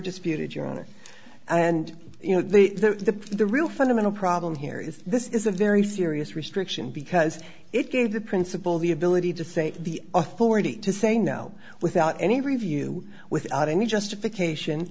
it your honor and you know the the the real fundamental problem here is this is a very serious restriction because it gave the principal the ability to say the authority to say no without any review with any justification